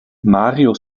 mario